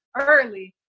early